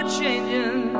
changing